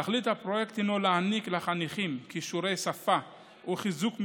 תכלית הפרויקט היא להעניק לחניכים כישורי שפה וחיזוק מיומנויות,